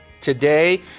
today